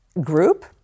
group